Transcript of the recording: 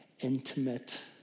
intimate